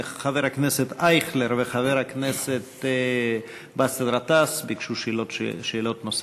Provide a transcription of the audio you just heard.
חבר הכנסת אייכלר וחבר הכנסת באסל גטאס ביקשו שאלות נוספות.